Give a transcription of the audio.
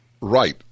Right